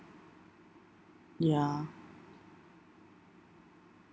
ya